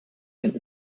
and